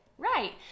Right